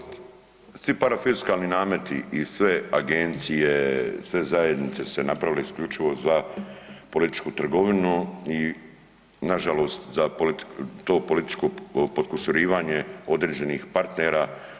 Pa nažalost svi parafiskalni nameti i sve agencije, sve zajednice ste napravili isključivo za političku trgovinu i nažalost za to političko potkusurivanje određenih partnera.